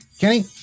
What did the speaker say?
Kenny